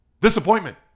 disappointment